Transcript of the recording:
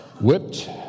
whipped